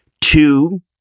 Two